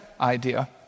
idea